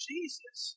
Jesus